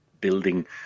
building